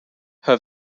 her